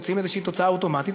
ומוציאים איזושהי תוצאה אוטומטית,